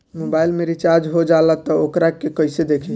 Mobile में recharge हो जाला त वोकरा के कइसे देखी?